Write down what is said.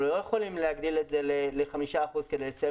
אנחנו לא יכולים לעגל את זה ל-5% כדי לסיים